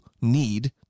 need